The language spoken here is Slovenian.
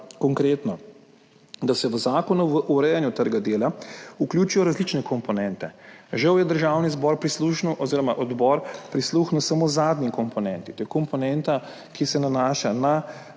predlagali, da se v Zakon o urejanju trga dela vključijo različne komponente. Žal je Državni zbor oziroma odbor prisluhnil samo zadnji komponenti, to je komponenta, ki se nanaša na